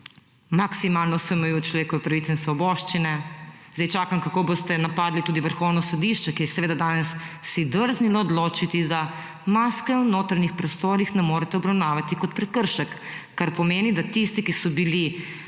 maksimalno se omejujejo človekove pravice in svoboščine, sedaj čakam kako boste napadli tudi Vrhovno sodišče, ki si je danes drznilo odločiti, da maske v notranjih prostorih ne morete obravnavati kot prekršek, kar pomeni, da tisti, ki so bili